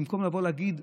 במקום לבוא להגיד: